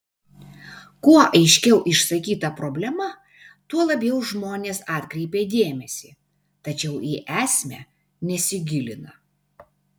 kuo aiškiau išsakyta problema tuo labiau žmonės atkreipia dėmesį tačiau į esmę nesigilina